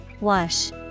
Wash